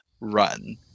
Run